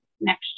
next